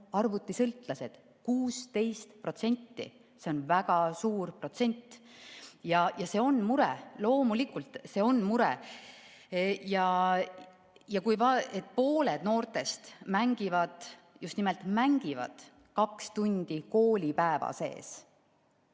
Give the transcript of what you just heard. arvutisõltlased. 16%! See on väga suur protsent. See on mure. Loomulikult, see on mure. Ja pooled noortest mängivad – just nimelt mängivad – kaks tundi koolipäeva sees.